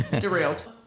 Derailed